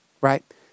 right